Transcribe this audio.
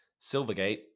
Silvergate